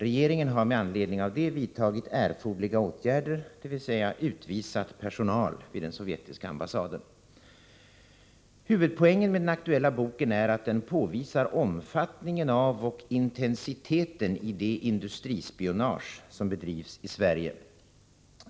Regeringen har med anledning av det vidtagit erforderliga åtgärder, dvs. utvisat personal vid den sovjetiska ambassaden. Huvudpoängen med den aktuella boken är att den påvisar omfattningen av och intensiteten i det industrispionage som bedrivs i Sverige.